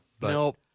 No